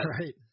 Right